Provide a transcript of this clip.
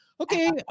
Okay